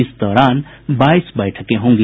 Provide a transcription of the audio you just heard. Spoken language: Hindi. इस दौरान बाईस बैठकें होंगी